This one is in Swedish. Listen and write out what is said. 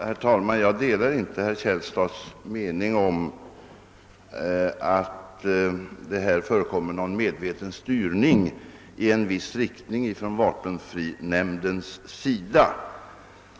Herr talman! Jag delar inte herr Källstads mening att det förekommer någon medveten styrning i en viss riktning från vapenfrinämndens sida.